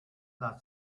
that